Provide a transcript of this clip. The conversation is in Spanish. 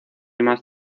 más